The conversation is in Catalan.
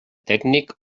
tècnic